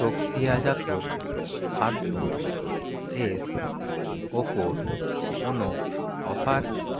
প্রক্রিয়াজাত খাদ্য এর ওপর কোনও অফার